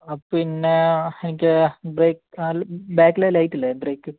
പിന്നെ എനിക്ക് brake panel ബാക്കിലെ ലൈറ്റില്ലേ ബ്രേക്ക്